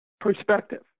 perspective